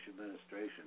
administration